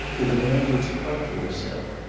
with a language quite to herself,